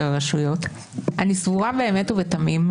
תודה רבה.